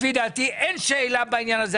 לפי דעתי אין שאלה בעניין הזה.